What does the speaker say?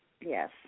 Yes